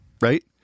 right